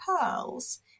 pearls